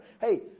Hey